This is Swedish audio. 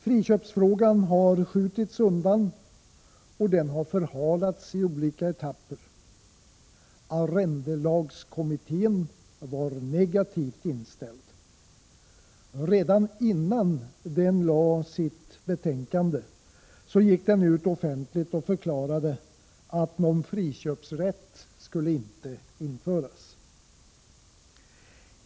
Friköpsfrågan har skjutits undan och förhalats i olika etapper. Arrendelagskommittén var negativt inställd. Redan innan den lade sitt betänkande, gick den ut offentligt och förklarade att någon friköpsrätt inte skulle införas.